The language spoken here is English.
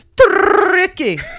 tricky